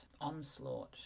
onslaught